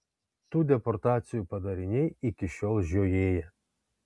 tų deportacijų padariniai iki šiol žiojėja